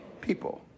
People